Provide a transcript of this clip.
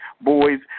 Boys